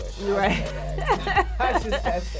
right